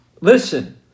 listen